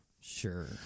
Sure